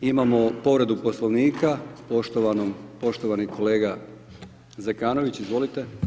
Imamo povredu poslovnika, poštovani kolega Zekanović, izvolite.